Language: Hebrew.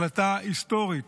החלטה היסטורית